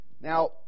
Now